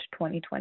2020